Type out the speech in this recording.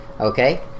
Okay